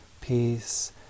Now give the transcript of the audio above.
peace